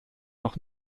noch